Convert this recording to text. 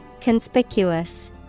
Conspicuous